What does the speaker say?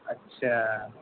اچھا